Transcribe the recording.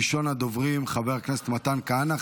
ראשון הדוברים, חבר הכנסת מתן כהנא.